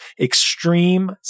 Extreme